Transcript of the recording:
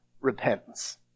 repentance